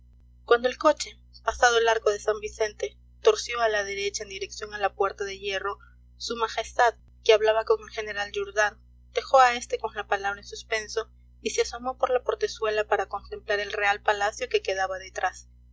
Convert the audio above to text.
cuando el coche pasado el arco de san vicente torció a la derecha en dirección a la puerta de hierro su majestad que hablaba con el general jourdan dejó a este con la palabra en suspenso y se asomó por la portezuela para contemplar el real palacio que quedaba detrás